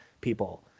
people